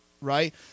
right